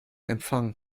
empfang